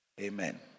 amen